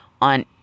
on